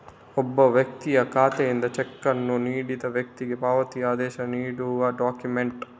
ಒಬ್ಬ ವ್ಯಕ್ತಿಯ ಖಾತೆಯಿಂದ ಚೆಕ್ ಅನ್ನು ನೀಡಿದ ವ್ಯಕ್ತಿಗೆ ಪಾವತಿ ಆದೇಶ ನೀಡುವ ಡಾಕ್ಯುಮೆಂಟ್